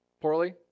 Poorly